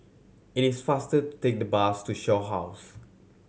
it is faster to take the bus to Shaw House